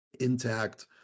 intact